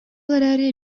эрээри